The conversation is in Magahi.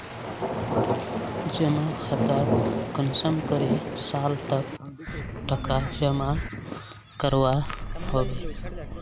जमा खातात कुंसम करे साल तक टका जमा करवा होबे?